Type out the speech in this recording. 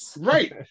Right